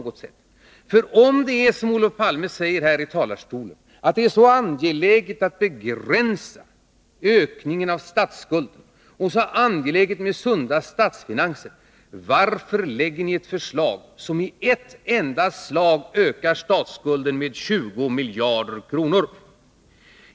Om det är så angeläget som Olof Palme säger att begränsa ökningen av statsskulden och få sunda statsfinanser — varför lägger ni då fram ett förslag som i ett enda slag ökar statsskulden med 20 miljarder kronor?